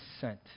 sent